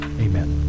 Amen